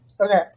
okay